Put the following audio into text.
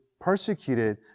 persecuted